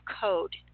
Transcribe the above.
code